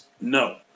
No